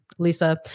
Lisa